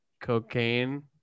cocaine